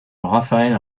raphaël